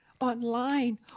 Online